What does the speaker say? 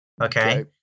okay